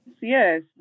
Yes